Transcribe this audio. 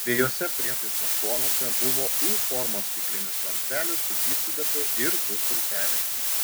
abiejuose prietaiso šonuose buvo u formos stiklinis vamzdelis su gyvsidabriu ir du stulpeliai